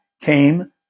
came